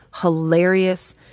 hilarious